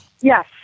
Yes